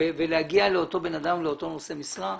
ולהגיע לאותו בן אדם, לאותו נושא משרה,